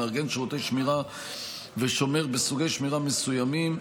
מארגן שירותי שמירה ושומר בסוגי שמירה מסוימים,